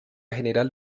general